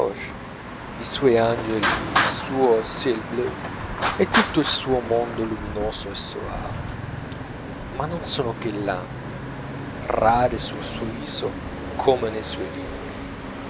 i suoi angeli il suo ciel bleu e tutto il suo mondo luminoso e soave ma non sono che lampi rari sul suo viso come nei suoi libri